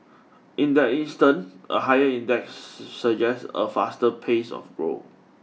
in that instance a higher index suggest a faster pace of growth